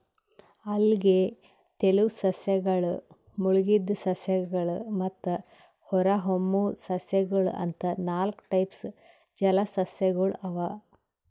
ಅಲ್ಗೆ, ತೆಲುವ್ ಸಸ್ಯಗಳ್, ಮುಳಗಿದ್ ಸಸ್ಯಗಳ್ ಮತ್ತ್ ಹೊರಹೊಮ್ಮುವ್ ಸಸ್ಯಗೊಳ್ ಅಂತಾ ನಾಲ್ಕ್ ಟೈಪ್ಸ್ ಜಲಸಸ್ಯಗೊಳ್ ಅವಾ